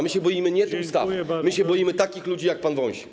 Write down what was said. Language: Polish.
My się boimy nie tej ustawy, my się boimy takich ludzi jak pan Wąsik.